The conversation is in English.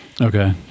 Okay